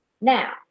Now